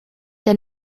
der